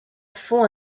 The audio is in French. font